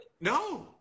No